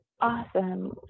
awesome